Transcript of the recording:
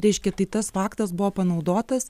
reiškia tai tas faktas buvo panaudotas